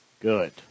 good